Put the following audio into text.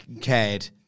cared